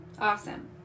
Awesome